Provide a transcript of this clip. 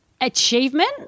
Achievement